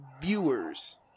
viewers